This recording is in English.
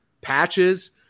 patches